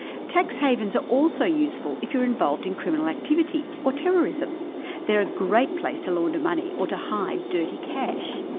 tax havens are also useful if you're involved in criminal activity or terrorism they're a great place to launder money or to hide dirty cash.